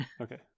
okay